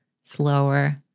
slower